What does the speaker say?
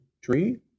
tree